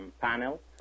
panel